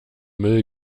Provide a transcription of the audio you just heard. müll